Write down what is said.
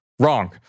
Wrong